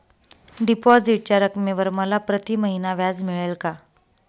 डिपॉझिटच्या रकमेवर मला प्रतिमहिना व्याज मिळेल का?